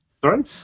Sorry